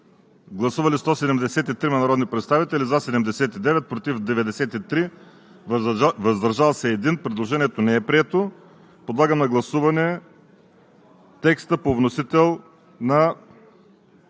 Гласували 192 народни представители: за 85, против 99, въздържали се 8. Предложението не е прието. Подлагам на гласуване текста на вносителя за